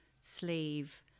sleeve